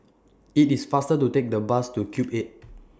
IT IS faster to Take The Bus to Cube eight